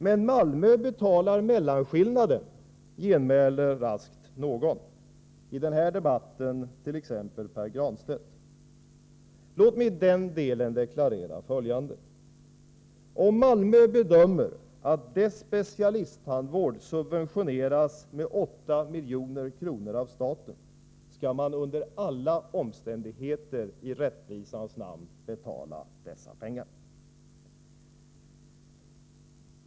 Men Malmö betalar mellanskillnaden, genmäler raskt någon —i denna debatt t.ex. Pär Granstedt. Låt mig i den delen deklarera följande: Om Malmö bedömer att dess specialisttandvård subventioneras med 8 milj.kr. av staten skall man under alla omständigheter i rättvisans namn betala dessa pengar.